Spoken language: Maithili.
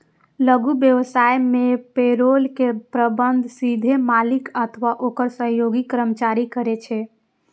लघु व्यवसाय मे पेरोल के प्रबंधन सीधे मालिक अथवा ओकर सहयोगी कर्मचारी करै छै